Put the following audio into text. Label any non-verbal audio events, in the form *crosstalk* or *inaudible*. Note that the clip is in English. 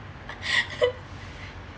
*laughs*